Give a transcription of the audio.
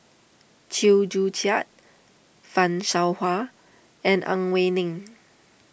Chew Joo Chiat Fan Shao Hua and Ang Wei Neng